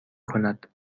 کند